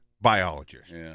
biologist